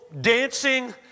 dancing